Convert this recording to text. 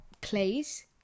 place